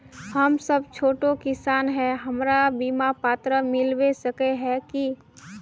हम सब छोटो किसान है हमरा बिमा पात्र मिलबे सके है की?